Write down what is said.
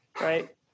Right